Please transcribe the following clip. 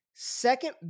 Second